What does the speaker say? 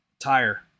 tire